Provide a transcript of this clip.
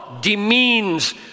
demeans